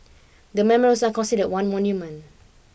the memorials are considered one monument